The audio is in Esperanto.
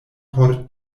por